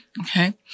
Okay